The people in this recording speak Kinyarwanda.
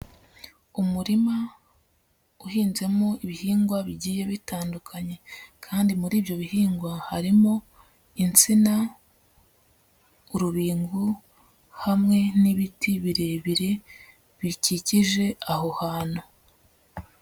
Umurima uhinzemo ibihingwa bigiye bitandukanye kandi muri ibyo bihingwa harimo insina, urubingo hamwe n'ibiti birebire bikikije aho hantu.